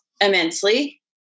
immensely